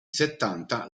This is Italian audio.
settanta